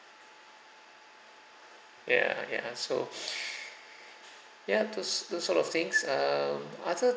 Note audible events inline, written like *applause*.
ya ya so *breath* ya those those sort of things um other